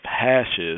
hashes